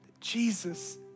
Jesus